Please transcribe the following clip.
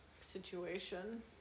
situation